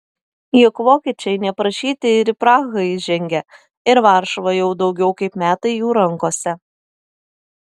juk vokiečiai neprašyti ir į prahą įžengė ir varšuva jau daugiau kaip metai jų rankose